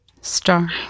star